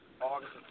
August